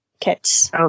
kits